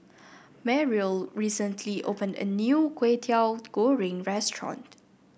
Mariel recently opened a new Kway Teow Goreng restaurant